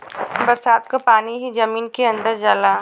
बरसात क पानी ही जमीन के अंदर जाला